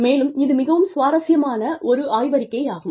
மேலும் இது மிகவும் சுவாரஸ்யமான ஒரு ஆய்வறிக்கையாகும்